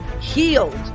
healed